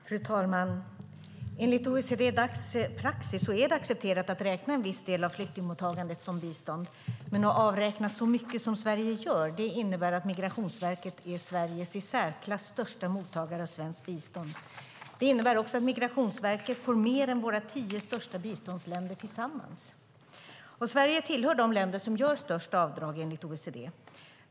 Fru talman! Enligt OECD/Dacs praxis är det accepterat att räkna en viss del av flyktingmottagandet som bistånd, men att avräkna så mycket som Sverige gör innebär att Migrationsverket är Sveriges i särklass största mottagare av svenskt bistånd. Det innebär också att Migrationsverket får mer än våra tio största biståndsländer tillsammans. Sverige tillhör de länder som gör störst avdrag enligt OECD.